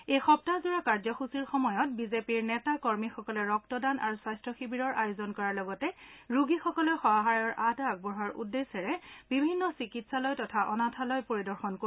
এই সপ্তাহজোৰা কাৰ্যসূচীৰ সময়ত বিজেপিৰ নেতা কৰ্মীসকলে ৰক্তদান আৰু স্বাস্থ্য শিবিৰৰ আয়োজন কৰাৰ লগতে ৰোগীসকললৈ সহায়ৰ হাত আগবঢ়োৱাৰ উদ্দেশ্যে বিভিন্ন চিকিৎসালয় তথা অনাথালয় পৰিদৰ্শন কৰিব